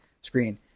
screen